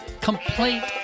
complaint